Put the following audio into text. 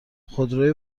خودروی